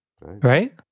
Right